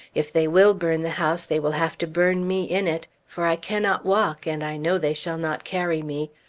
if they will burn the house, they will have to burn me in it. for i cannot walk, and i know they shall not carry me.